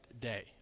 day